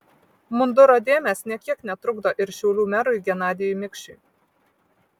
munduro dėmės nė kiek netrukdo ir šiaulių merui genadijui mikšiui